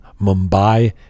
Mumbai